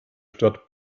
stadt